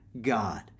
God